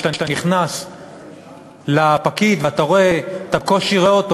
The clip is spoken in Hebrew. שאתה נכנס לפקיד ואתה בקושי רואה אותו